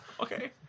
Okay